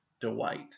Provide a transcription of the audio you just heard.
Dwight